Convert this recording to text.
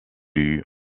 eut